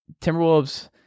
Timberwolves